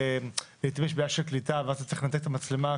ולעתים יש בעיה של קליטה ואז אלתה צריך לצאת עם מצלמה.